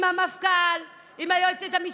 עם המפכ"ל, עם היועצת המשפטית,